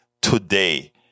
today